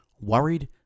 worried